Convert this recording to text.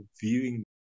viewing